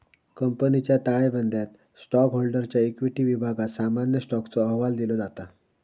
कंपनीच्या ताळेबंदयात स्टॉकहोल्डरच्या इक्विटी विभागात सामान्य स्टॉकचो अहवाल दिलो जाता